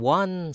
one